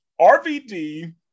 RVD